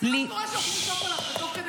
זה מה שקורה כשאוכלים שוקולד ותוך כדי